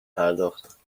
پرداختند